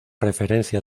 referencia